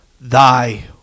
thy